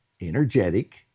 energetic